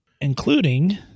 including